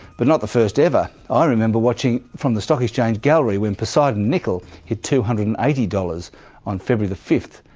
but not the first ever. i ah remember watching from the stock exchange gallery when poseidon nickel hit two hundred and eighty dollars on february fifth,